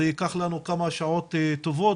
זה ייקח לנו כמה שעות טובות,